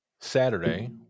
Saturday